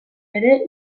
ere